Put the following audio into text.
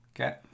Okay